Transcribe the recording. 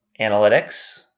analytics